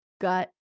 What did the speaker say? gut